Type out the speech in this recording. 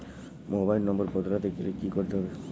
Mobile number বদলাতে গেলে কি করতে হবে?